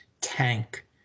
tank